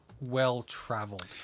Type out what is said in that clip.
well-traveled